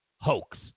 hoax